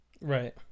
Right